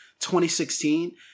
2016